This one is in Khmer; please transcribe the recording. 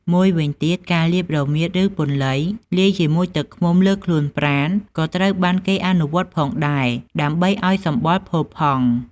មួយវិញទៀត ការលាប រមៀត ឬ ពន្លៃ លាយជាមួយទឹកឃ្មុំលើខ្លួនប្រាណក៏ត្រូវបានគេអនុវត្តផងដែរ ដើម្បីឱ្យសម្បុរផូរផង់។